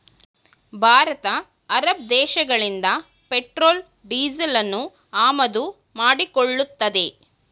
Bharat Arab ದೇಶಗಳಿಂದ petrol ಡೀಸೆಲನ್ನು ಆಮದು ಮಾಡಿಕೊಳ್ಳುತ್ತದೆ